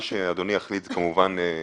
מה שאדוני יחליט, כמובן מחייב.